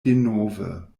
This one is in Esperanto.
denove